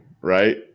right